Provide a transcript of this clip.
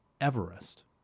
Everest